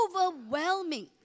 overwhelming